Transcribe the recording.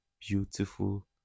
beautiful